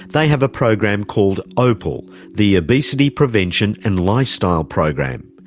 they have a program called opal, the obesity prevention and lifestyle program.